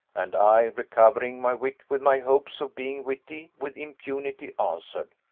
and i, recovering my wit with my hopes of being witty with impunity, answered,